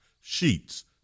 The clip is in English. sheets